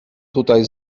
tutaj